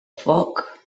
foc